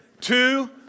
two